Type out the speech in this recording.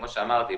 כמו שאמרתי,